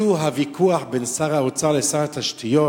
הוויכוח בין שר האוצר לשר התשתיות